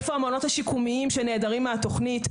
איפה המעונות השיקומיים שנעדרים מהתוכנית?